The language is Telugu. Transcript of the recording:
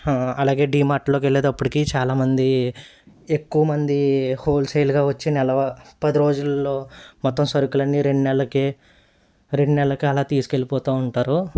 అలాగే డీమార్ట్లోకి వెళ్ళేటప్పిటికి చాలామంది ఎక్కువమంది హోల్సేల్గా వచ్చి నెల వా పది రోజుల్లో మొత్తం సరుకులన్నీ రెండు నెలలకే రెండు నెలలకు అలా తీసుకెళ్ళి పోతూ ఉంటారు